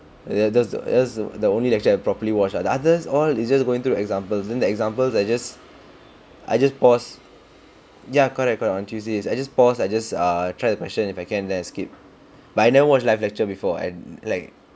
ya that's the that's the only lecture I properly watch ah the others all is just going through example than the examples I just I just pause ya ya correct correct on tuesdays I just pause I just ah try the question if can then I skip but I never watch live lecture before and like